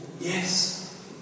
Yes